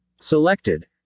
Selected